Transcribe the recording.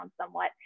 somewhat